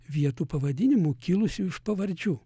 vietų pavadinimų kilusių iš pavardžių